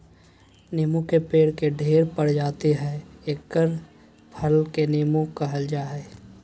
नीबू के पेड़ के ढेर प्रजाति हइ एकर फल के नीबू कहल जा हइ